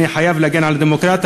אני חייב להגן על הדמוקרטיה,